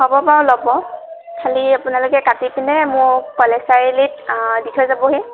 হ'ব বাৰু ল'ব খালী আপোনালোকে কাটি পিনে মোক কলেজ চাৰিআলিত দি থৈ যাবহি